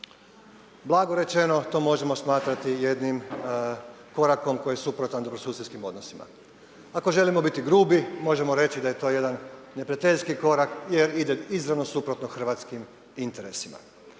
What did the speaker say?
Blago rečeno, to možemo smatrati jednim korakom koji je suprotan dobrosusjedskim odnosima. Ako želimo biti grubi možemo reći da je to jedan neprijateljski korak jer ide izravno suprotno hrvatskim interesima.